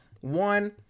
One